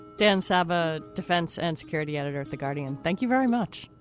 dan sabbagh, defense and security editor at the guardian, thank you very much.